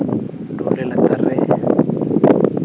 ᱱᱚᱰᱮ ᱞᱟᱛᱟᱨ ᱨᱮ